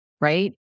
right